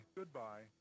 goodbye